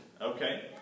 Okay